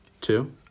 two